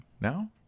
now